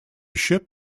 ship